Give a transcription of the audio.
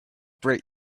break